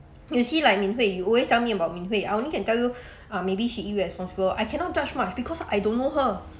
you see like min hui you always tell me about min hui> I only can tell you ah maybe she irresponsible I cannot judge much because I don't know her